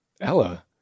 Ella